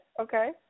Okay